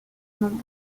nombre